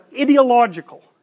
ideological